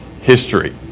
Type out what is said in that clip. history